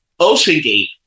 OceanGate